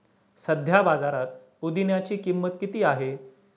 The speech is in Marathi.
सध्या बाजारात पुदिन्याची किंमत किती आहे?